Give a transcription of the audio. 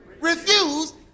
refused